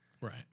Right